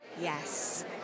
Yes